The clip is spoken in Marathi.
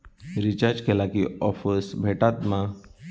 रिचार्ज केला की ऑफर्स भेटात मा?